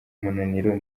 umunaniro